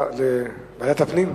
לוועדת הפנים?